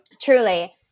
truly –